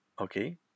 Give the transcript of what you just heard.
okay